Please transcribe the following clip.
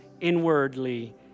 inwardly